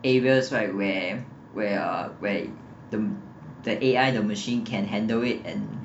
areas right where where uh where where the A_I the machine can handle it and